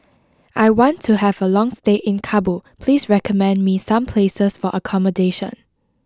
I want to have a long stay in Kabul please recommend me some places for accommodation